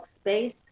space